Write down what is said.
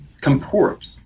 comport